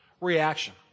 reaction